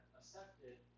accepted